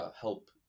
help